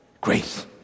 Grace